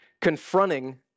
confronting